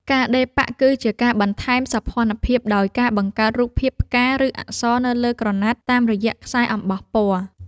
ការដេរប៉ាក់ គឺជាការបន្ថែមសោភ័ណភាពដោយការបង្កើតរូបភាព ផ្កា ឬអក្សរនៅលើក្រណាត់តាមរយៈខ្សែអំបោះពណ៌។